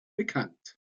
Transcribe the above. bekannt